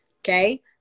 Okay